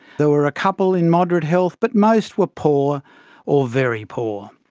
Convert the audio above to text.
there were a couple in moderate health, but most were poor or very poor.